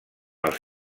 els